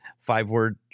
five-word